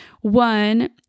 one